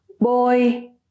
Boy